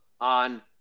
on